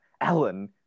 Alan